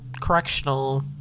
correctional